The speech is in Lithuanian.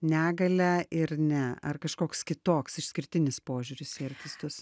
negalią ir ne ar kažkoks kitoks išskirtinis požiūris į artistus